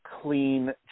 clean